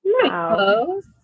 close